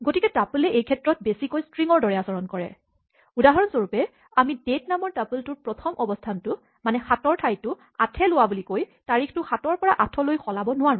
গতিকে টাপলে এইক্ষেত্ৰত বেছিকৈ ষ্ট্ৰিঙৰ দৰে আচৰণ কৰে উদাহৰণস্বৰূপে আমি ডেট নামৰ টাপলটোৰ প্ৰথম অৱস্হানটো মানে ৭ৰ ঠাইটো ৮ এ লোৱা বুলি কৈ তাৰিখটো ৭ ৰ পৰা ৮ লৈ সলাব নোৱাৰো